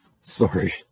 sorry